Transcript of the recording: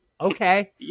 okay